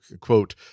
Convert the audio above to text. quote